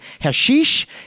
hashish